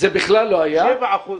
7 אחוזים.